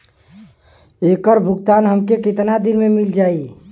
ऐकर भुगतान हमके कितना दिन में मील जाई?